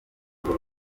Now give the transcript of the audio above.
ngo